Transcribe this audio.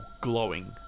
glowing